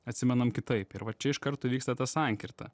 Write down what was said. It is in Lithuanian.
atsimenam kitaip ir va čia iš karto vyksta ta sankirta